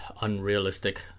unrealistic